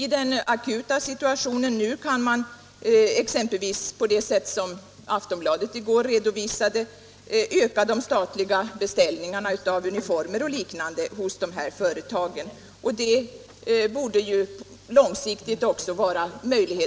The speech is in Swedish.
I den akuta situationen nu kan man öka de statliga beställningarna av uniformer och liknande hos dessa företag, på det sätt som Aftonbladet i går redovisade. Långsiktigt borde det vara